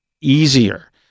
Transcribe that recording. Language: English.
easier